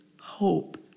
hope